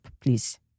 Please